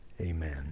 Amen